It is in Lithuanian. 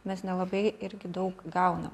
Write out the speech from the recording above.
mes nelabai irgi daug gaunam